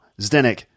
Zdenek